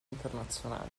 internazionale